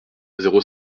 zéro